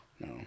No